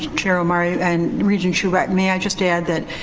chair omari and regent hsu. may i just add that,